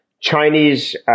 Chinese